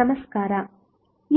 ನಮಸ್ಕಾರ